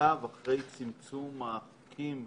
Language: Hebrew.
מעקב אחרי צמצום החוקים